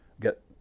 get